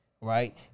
right